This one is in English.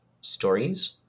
stories